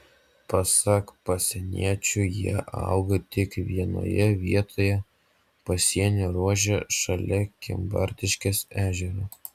pasak pasieniečių jie auga tik vienoje vietoje pasienio ruože šalia kimbartiškės ežero